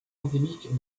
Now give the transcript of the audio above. endémique